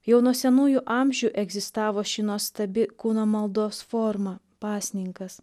jau nuo senųjų amžių egzistavo ši nuostabi kūno maldos forma pasninkas